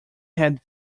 had